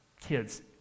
kids